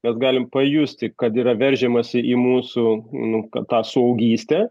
mes galim pajusti kad yra veržiamasi į mūsų nu kad tą suaugystę